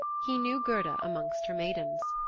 he knew gerda amongst her maidens.